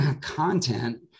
Content